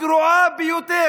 הגרועה ביותר.